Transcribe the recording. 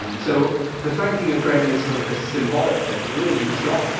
so the thanking of graham is sort of this symbolic thing, but really, he was gone.